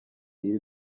iri